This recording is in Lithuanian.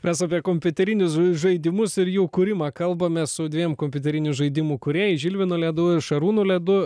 mes apie kompiuterinius žaidimus ir jų kūrimą kalbame su dviem kompiuterinių žaidimų kūrėjais žilvinu ledu šarūnu ledu